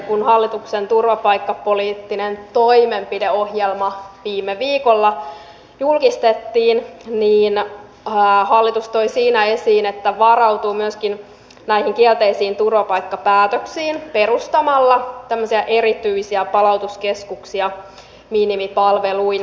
kun hallituksen turvapaikkapoliittinen toimenpideohjelma viime viikolla julkistettiin niin hallitus toi siinä esiin että se varautuu myöskin näihin kielteisiin turvapaikkapäätöksiin perustamalla tämmöisiä erityisiä palautuskeskuksia minimipalveluin